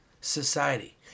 society